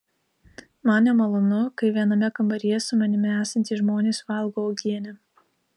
man nemalonu kai viename kambaryje su manimi esantys žmonės valgo uogienę